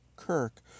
Kirk